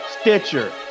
Stitcher